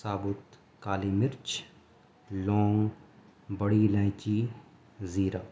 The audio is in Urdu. ثابت کالی مرچ لونگ بڑی الائچی زیرہ